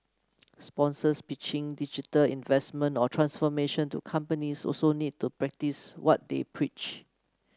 sponsors pitching digital investment or transformation to companies also need to practice what they preach